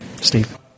Steve